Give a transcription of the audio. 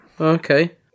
Okay